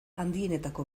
handienetako